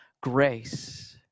grace